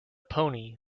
pony